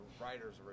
writer's